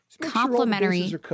complimentary